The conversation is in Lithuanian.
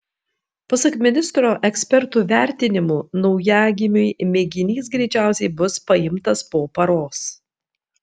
pasak ministro ekspertų vertinimu naujagimiui mėginys greičiausiai bus paimtas po paros